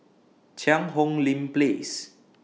Cheang Hong Lim Place